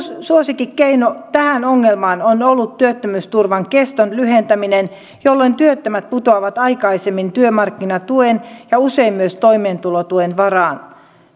suosikkikeino tähän ongelmaan on ollut työttömyysturvan keston lyhentäminen jolloin työttömät putoavat aikaisemmin työmarkkinatuen ja usein myös toimeentulotuen varaan